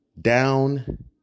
down